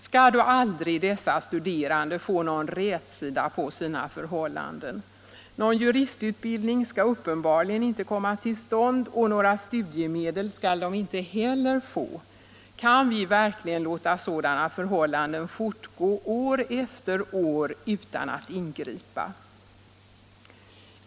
Skall då aldrig dessa studerande få någon rätsida på sina förhållanden? Någon juristutbildning skall uppenbarligen inte komma till stånd, och några studiemedel skall de inte heller få. Kan vi verkligen låta sådana förhållanden fortgå år efter år utan att ingripa?